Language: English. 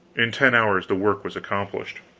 in ten hours the work was accomplished.